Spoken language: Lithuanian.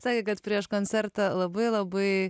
sakė kad prieš koncertą labai labai